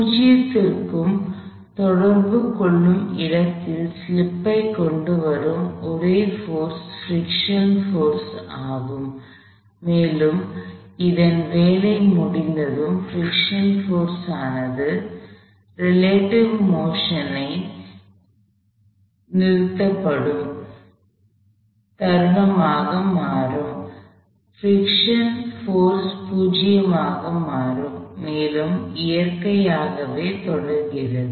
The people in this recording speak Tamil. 0 க்கு தொடர்பு கொள்ளும் இடத்தில் ஸ்லிப்பைக் கொண்டுவரும் ஒரே போர்ஸ் பிரிக்ஷன் ஆகும் மேலும் அதன் வேலை முடிந்ததும் பிரிக்ஷன் போர்ஸ் ஆனது ரிலேடிவ் மோஷன் ஐrelative motionஒப்பீட்டு இயக்கம் நிறுத்தப்படும் தருணமாக மாறும் பிரிக்ஷன் போர்ஸ் 0 ஆக மாறும் மேலும் இயற்கையாகவே தொடர்கிறது